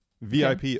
VIP